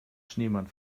schneemann